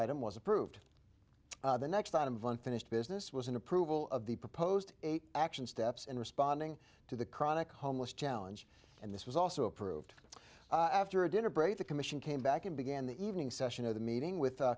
item was approved the next item of unfinished business was an approval of the proposed eight action steps in responding to the chronic homeless challenge and this was also approved after a dinner break the commission came back and began the evening session of the meeting with